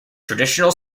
traditional